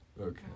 okay